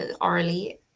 orally